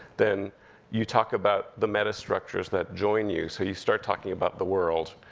then you talk about the metastructures that join you, so you start talking about the world,